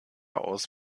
aus